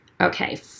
okay